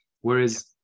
Whereas